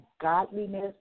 godliness